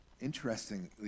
interestingly